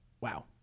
wow